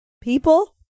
people